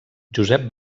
josep